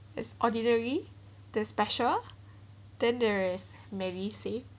there's ordinary there's special then there's medisave